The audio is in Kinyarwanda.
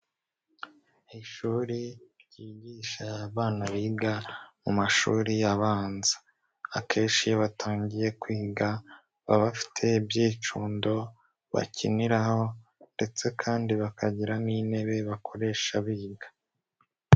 Ishuri ryigisha abana biga mu mashuri abanza akenshi iyo batangiye kwiga baba bafite ibyicundo bakiniraho ndetse kandi bakagira n'intebe bakoresha biga.